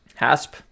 Hasp